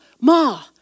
ma